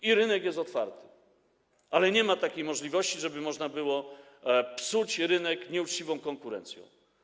I rynek jest otwarty, ale nie ma takiej możliwości, żeby można było psuć rynek nieuczciwą konkurencją.